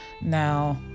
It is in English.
now